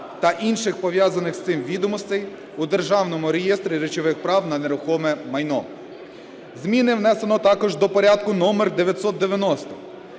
та інших пов'язаних з цим відомостей у Державному реєстрі речових прав на нерухоме майно. Зміни внесено також до Порядку номер 990,